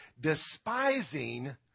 despising